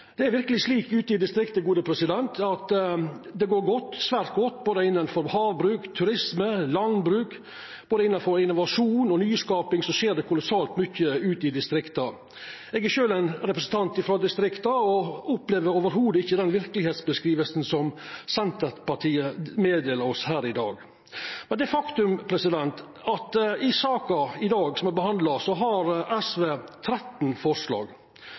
Det er verkeleg slik at det ute i distrikta går svært godt innanfor havbruk, turisme og landbruk, og innanfor innovasjon og nyskaping skjer det kolossalt mykje. Eg er sjølv ein representant frå distrikta og opplever ikkje i det heile den verkelegheita som Senterpartiet fortel om. Det er eit faktum at i den saka me behandlar i dag, har SV 13 forslag,